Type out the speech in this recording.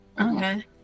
Okay